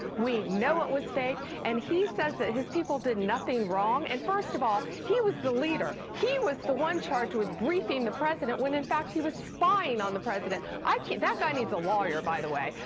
we know it was fake, and he says that his people did nothing wrong and first of all, he was the leader. he was the one charged with rating the president when in fact he was spying on the president. ah that guy needs a lawyer, by the way.